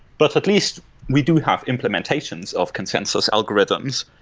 but at least we do have implementations of consensus algorithms,